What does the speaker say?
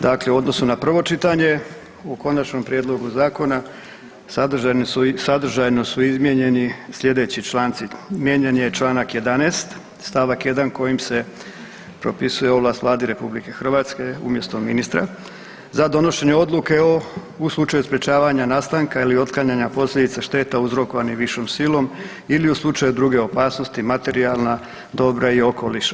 Dakle, u odnosu na prvo čitanje u konačnom prijedlogu zakona sadržajno su izmijenjeni sljedeći članci, izmijenjen je čl. 11. st. 1. kojim se propisuje ovlast Vladi RH umjesto ministra za donošenje odluke u slučaju sprečavanja nastanka ili otklanjanja posljedica šteta uzrokovanih višom silom ili u slučaju druge opasnosti materijalna dobra i okoliša.